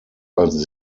als